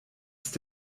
ist